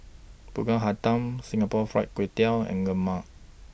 Pulut Hitam Singapore Fried Kway Tiao and Lemang